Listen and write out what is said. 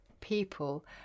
people